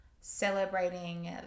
Celebrating